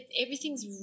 everything's